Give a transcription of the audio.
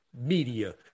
media